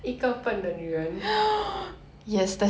um hmm